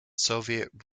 soviet